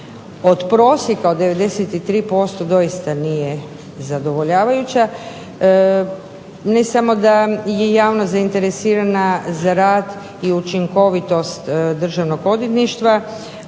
od prosjeka od 93% doista nije zadovoljavajuća. Ne samo da je javnost zainteresirana za rad i učinkovitost Državno odvjetništva